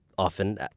Often